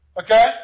Okay